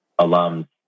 alums